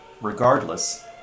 regardless